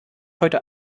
heute